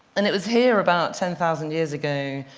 and it was here, about ten thousand years ago,